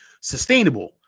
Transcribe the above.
sustainable